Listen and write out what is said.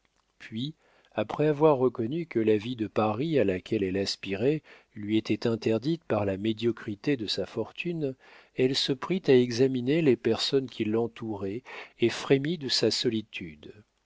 puis après avoir reconnu que la vie de paris à laquelle elle aspirait lui était interdite par la médiocrité de sa fortune elle se prit à examiner les personnes qui l'entouraient et frémit de sa solitude